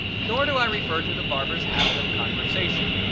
nor do i refer to the barber's habit of conversation.